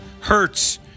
Hurts